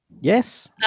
Yes